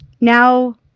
now